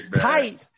tight